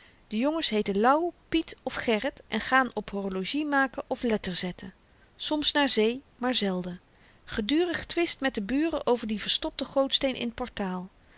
de jongens heeten louw piet of gerrit en gaan op horologiemaken of letterzetten soms naar zee maar zelden gedurig twist met de buren over dien verstopten gootsteen in t portaal